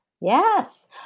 Yes